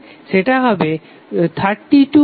সেটা হবে 32 VTh4